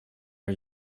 are